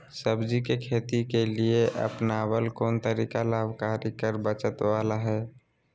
सब्जी के खेती के लिए अपनाबल कोन तरीका लाभकारी कर बचत बाला है?